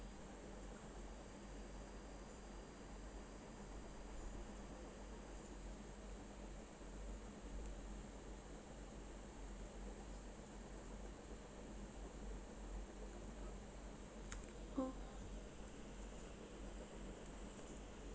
oh